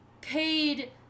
paid